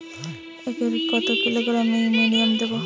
একরে কত kilogram ammonia দেবো?